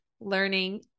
learning